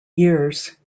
years